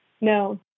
No